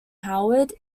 howard